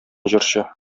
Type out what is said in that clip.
җырчы